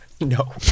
No